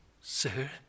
Sir